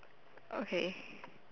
okay